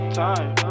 time